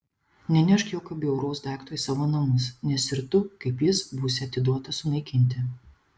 nenešk jokio bjauraus daikto į savo namus nes ir tu kaip jis būsi atiduotas sunaikinti